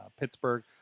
Pittsburgh